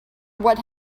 what